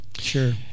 sure